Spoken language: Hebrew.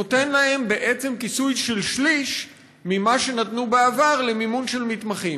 הוא נותן להם בעצם כיסוי של שליש ממה שנתנו בעבר למימון של מתמחים.